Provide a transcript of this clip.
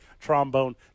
trombone